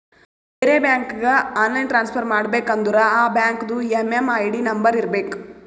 ಬೇರೆ ಬ್ಯಾಂಕ್ಗ online transfer ಮಾಡಬೇಕ ಅಂದುರ್ ಆ ಬ್ಯಾಂಕ್ದು ಎಮ್.ಎಮ್.ಐ.ಡಿ ನಂಬರ್ ಇರಬೇಕ